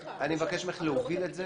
מירב, אני מבקש ממך להוביל את זה